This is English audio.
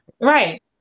Right